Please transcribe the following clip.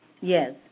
Yes